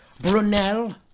Brunel